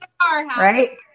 Right